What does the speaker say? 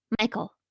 Michael